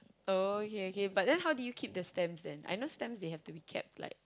okay okay but then how to you keep the stamps then I know stamps they have to be kept like